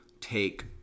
take